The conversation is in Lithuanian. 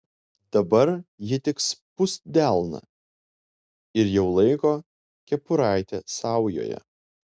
dabar ji tik spust delną ir jau laiko kepuraitę saujoje